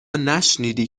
نشنیدی